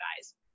guys